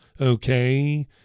Okay